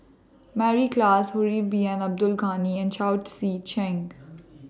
Mary Klass Harun Bin Abdul Ghani and Chao Tzee Cheng